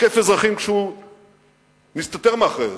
שתוקף אזרחים כשהוא מסתתר מאחורי אזרחים.